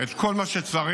את כל מה שצריך,